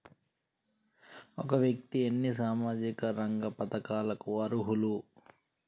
ఒక వ్యక్తి ఎన్ని సామాజిక రంగ పథకాలకు అర్హులు?